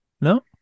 No